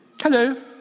Hello